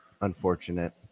unfortunate